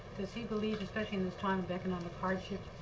does he believe, especially in this time of economic hardship,